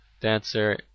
dancer